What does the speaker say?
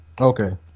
Okay